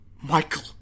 Michael